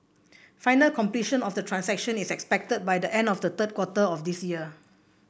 final completion of the transactions is expected by the end of the third quarter of this year